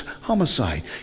homicide